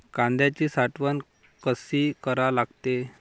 कांद्याची साठवन कसी करा लागते?